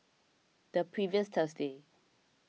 the previous Thursday